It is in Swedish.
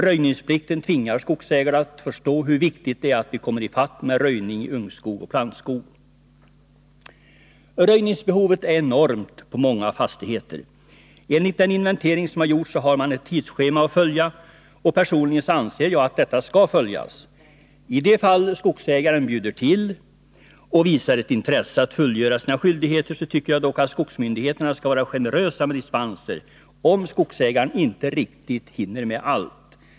Röjningsplikten tvingar skogsägarna att förstå hur viktigt det är att vi kommer i fatt med röjning i ungskog och plantskog. Röjningsbehovet är enormt på många fastigheter. Enligt den inventering som gjorts har man ett tidsschema att följa, och personligen anser jag att detta skall följas. I de fall skogsägaren bjuder till och visar ett intresse att fullgöra sina skyldigheter tycker jag dock att skogsmyndigheterna skall vara generösa med dispenser, om skogsägaren inte riktigt hinner med allt.